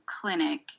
clinic